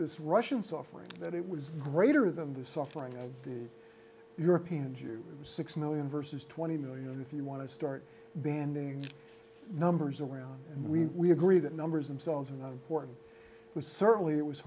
this russian suffering that it was greater than the suffering of the european jews six million versus twenty million if you want to start banding numbers around and we agree that numbers themselves and that was certainly it was